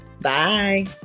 Bye